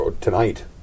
tonight